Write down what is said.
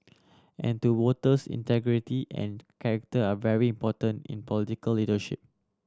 and to voters integrity and character are very important in political leadership